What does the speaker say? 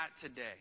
today